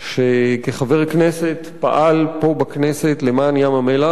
שכחבר כנסת פעל פה בכנסת למען ים-המלח.